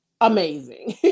amazing